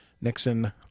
Nixon